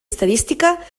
estadística